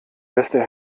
beste